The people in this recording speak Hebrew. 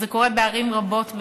וזה קורה בערים רבות בישראל.